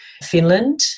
Finland